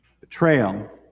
Betrayal